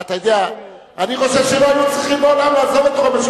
אני חושב שלא היינו צריכים לעולם לעזוב את חומש,